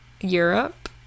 Europe